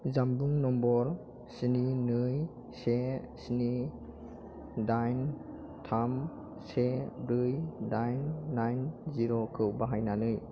जानबुं नम्बर स्नि नै से स्नि दाइन थाम से ब्रै दाइन नाइन जिर'खौ बाहायनानै